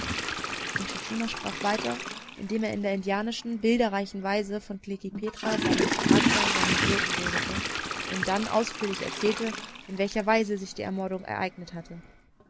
intschu tschuna sprach weiter indem er in der indianischen bilderreichen weise von klekih petra seinem charakter und seinem wirken redete und dann ausführlich erzählte in welcher weise sich die ermordung ereignet hatte